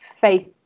faith